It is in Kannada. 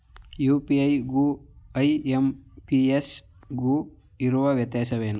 ಯು.ಪಿ.ಐ ಗು ಐ.ಎಂ.ಪಿ.ಎಸ್ ಗು ಇರುವ ವ್ಯತ್ಯಾಸವೇನು?